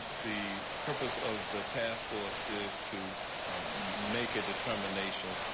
the purpose of the task force is to a make a determination.